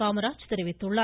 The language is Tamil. காமராஜ் தெரிவித்துள்ளார்